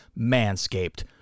Manscaped